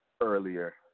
earlier